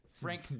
Frank